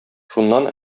шуннан